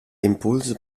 impulse